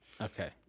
Okay